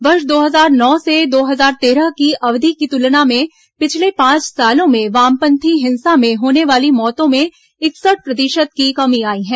वर्ष दो हजार नौ से दो हजार तेरह की अवधि की तुलना में पिछले पांच सालों में वामपंथी हिंसा में होने वाली मौतों में इकसठ प्रतिशत की कमी आई है